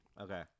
okay